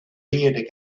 reared